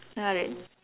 uh r~